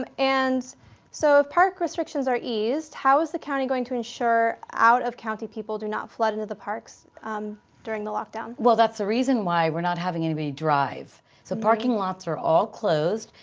um and so if park restrictions are eased, how is the county going to insure out of county people do not flood into the parks um during the lockdown? well that's the reason why we're not having anybody drive. so parking lots are all closed,